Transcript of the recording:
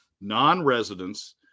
non-residents